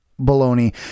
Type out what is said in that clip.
baloney